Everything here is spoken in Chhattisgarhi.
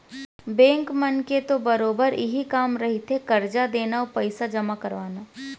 बेंक मन के तो बरोबर इहीं कामे रहिथे करजा देना अउ पइसा जमा करवाना